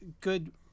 good